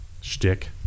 shtick